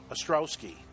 Ostrowski